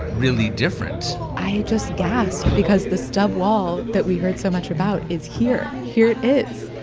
really different i just gasped because the stub wall that we heard so much about is here. here it is.